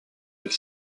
avec